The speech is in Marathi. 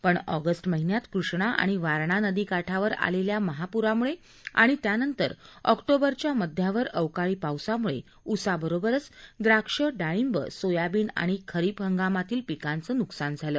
पण ऑगस्ट महिन्यात कृष्णा आणि वारणा नदीकाठावर आलेल्या महाप्रामुळे आणि त्यानंतर ऑक्टोबरच्या मध्यावर अवकाळी पावसामुळे उसाबरोबरच द्राक्ष डाळिंब सोयाबीन आणि खरीप हंगामातील पिकांचे नुकसान झाले